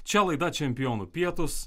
čia laida čempionų pietūs